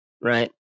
right